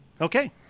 Okay